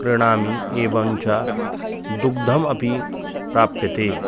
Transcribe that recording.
क्रीणामि एवञ्च दुग्धम् अपि प्राप्यते